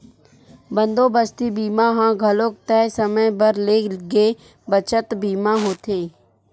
बंदोबस्ती बीमा ह घलोक तय समे बर ले गे बचत बीमा होथे